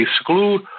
exclude